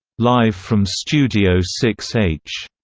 live from studio six h,